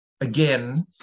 again